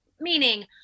meaning